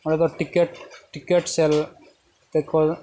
ᱚᱸᱰᱮ ᱫᱚ ticket ticket sell ᱛᱮᱠᱚ